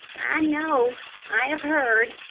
i know i have heard,